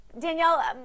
Danielle